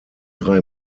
drei